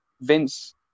Vince